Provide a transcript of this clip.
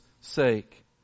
sake